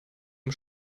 dem